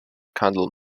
candle